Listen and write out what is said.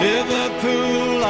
Liverpool